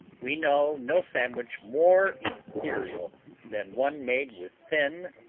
we know no sandwich more ethereal than one made with thin,